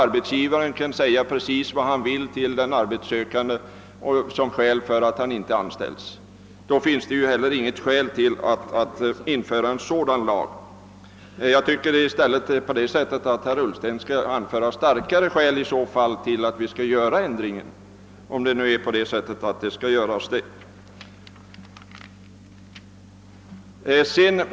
Arbetsgivaren kan ju säga precis vad han vill till den arbetssökande som skäl för att denne inte anställs. Under så dana förhållanden finns det inte heller något skäl att införa en sådan lag. Jag tycker i stället att det är herr Ullsten som skall anföra starkare skäl för att vi skall göra ändringen, om man nu verkligen skall vidta en sådan ändring.